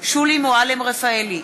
שולי מועלם-רפאלי,